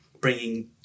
bringing